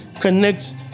connects